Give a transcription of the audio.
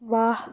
ਵਾਹ